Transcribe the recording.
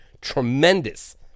tremendous